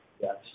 Yes